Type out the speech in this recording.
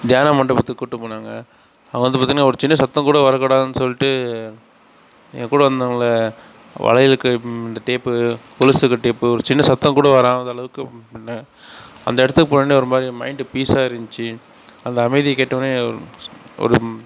தியான மண்டபத்துக்கு கூட்டு போனாங்க அங்கே வந்து பார்த்தீங்கன்னா ஒரு சின்ன சத்தம் கூட வரக் கூடாதுன்னு சொல்லிட்டு எங்ககூட வந்தவங்களை வளையலுக்கு டேப்பு கொலுசுக்கு டேப்பு ஒரு சின்ன சத்தம் கூட வராதளவுக்கு பண்ண அந்த இடத்துக்கு போனொடனே ஒரு மாதிரி மைண்டு பீஸாக இருந்துச்சி அந்த அமைதியை கேட்டொடனே ஒரு